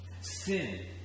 Sin